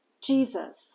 Jesus